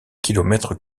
kilomètres